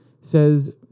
says